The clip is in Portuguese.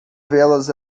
velas